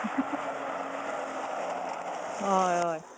हय हय